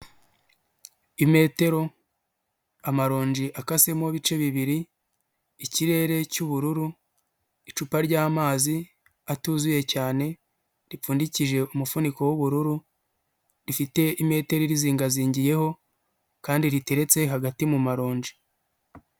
Imetero, amarongi akasemo ibice bibiri, ikirere cy'ubururu, icupa ry'amazi atuzuye cyane, ripfundikije umufuniko w'ubururu, rifite imetero irizingazingiyeho, kandi riteretse hagati mu maronji.